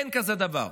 אין כזה דבר.